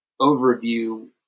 overview